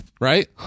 Right